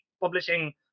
publishing